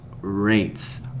rates